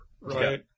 Right